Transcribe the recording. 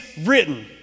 written